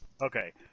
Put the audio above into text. Okay